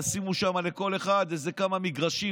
ישימו שם לכל אחד כמה מגרשים,